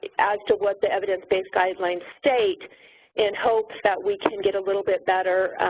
as to what the evidence-based guidelines state in hope that we can get a little bit better,